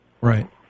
Right